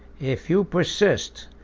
if you persist,